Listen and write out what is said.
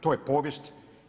To je povijest.